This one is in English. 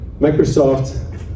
Microsoft